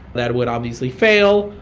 that would obviously fail,